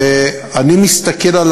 ואני מסתכל על